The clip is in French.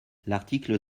l’article